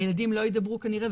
הילדים לא ידברו כנראה,